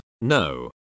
no